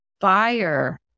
fire